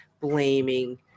blaming